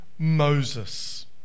Moses